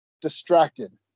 distracted